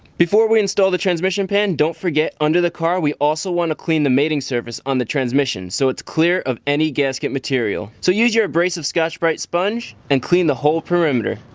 before we install the transmission pan, don't forget under the car we also want to clean the mating surface on the transmission so it's clear of any gasket material. so use your abrasive scotch-brite tm sponge and clean the whole perimeter.